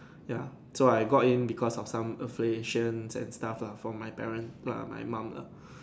ya so I got in because of some affiliation and stuff lah from my parent lah my mom lah